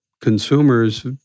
consumers